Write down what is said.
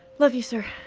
love you, sir.